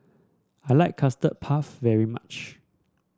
I like Custard Puff very much